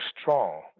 strong